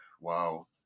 wow